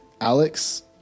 Alex